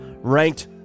ranked